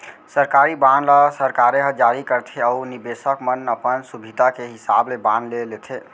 सरकारी बांड ल सरकारे ह जारी करथे अउ निबेसक मन अपन सुभीता के हिसाब ले बांड ले लेथें